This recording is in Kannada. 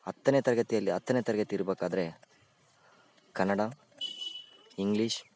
ಹತ್ತನೇ ತರಗತಿಯಲ್ಲಿ ಹತ್ತನೇ ತರಗತಿ ಇರ್ಬಕಾದರೆ ಕನ್ನಡ ಇಂಗ್ಲೀಷ್